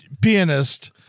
pianist